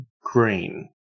green